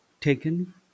Taken